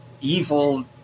evil